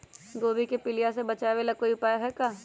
गोभी के पीलिया से बचाव ला कोई उपाय है का?